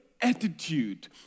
attitude